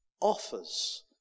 offers